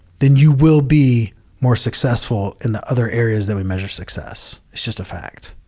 then you will be more successful in the other areas that we measure success. it's just a fact.